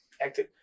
acting